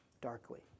darkly